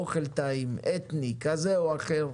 אוכל אתני טעים כזה או אחר.